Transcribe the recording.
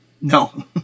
No